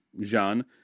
Jean